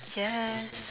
yes